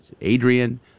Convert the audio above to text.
Adrian